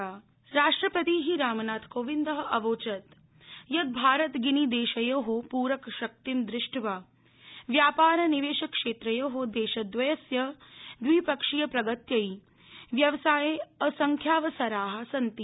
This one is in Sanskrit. राष्ट्रपति राष्ट्रपति रामनाथकोविंद अवोचत् यत् भारतगिनीदश्मिो पूरकशक्तिं दृष्ट्वा व्यापार निवर्णीक्षक्री दश्चियस्य द्विपक्षीयप्रगत्यै व्यवसाय असंख्यावसरा सन्ति